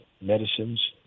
medicines